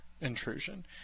intrusion